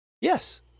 yes